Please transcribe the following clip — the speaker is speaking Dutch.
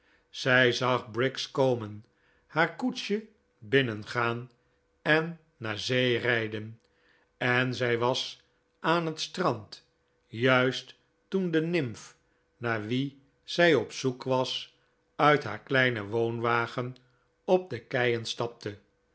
zij zag briggs komen haar koetsje binnengaan en naar zee rijden en zij was aan het strand juist toen de nymph naar wie zij op zoek was uit haar kleinen woonwagen op de keien stapte